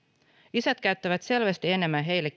isät käyttävät selvästi enemmän heille